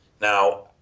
Now